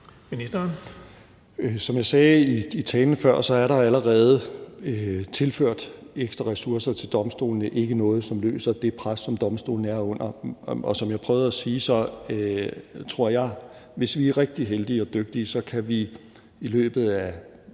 Som jeg sagde i talen før, er der allerede tilført ekstra ressourcer til domstolene. Det er ikke noget, som løser det pres, som domstolene er under, men som jeg prøvede at sige, så tror jeg, at vi, hvis vi er rigtig heldige og dygtige, i løbet af